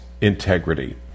integrity